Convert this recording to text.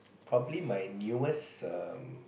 probably my newest um